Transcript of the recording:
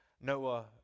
Noah